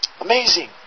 Amazing